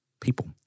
people